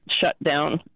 shutdown